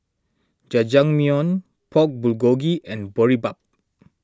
Jajangmyeon Pork Bulgogi and Boribap